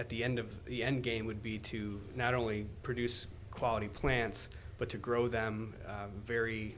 at the end of the endgame would be to not only produce quality plants but to grow them very